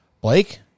Blake